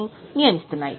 ను నియమిస్తున్నాయి